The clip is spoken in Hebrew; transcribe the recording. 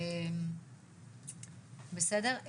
בסדר,